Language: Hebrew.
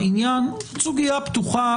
זאת סוגיה פתוחה.